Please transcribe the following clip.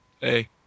Hey